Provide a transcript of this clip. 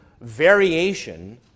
variation